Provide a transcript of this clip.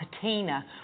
patina